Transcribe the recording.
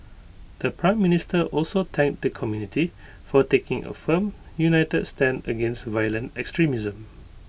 the Prime Minister also thanked the community for taking A firm united stand against violent extremism